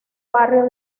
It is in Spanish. barrio